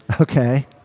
Okay